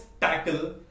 tackle